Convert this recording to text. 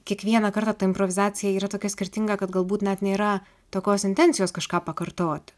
kiekvieną kartą ta improvizacija yra tokia skirtinga kad galbūt net nėra tokios intencijos kažką pakartot